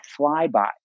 flyby